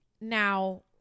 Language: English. Now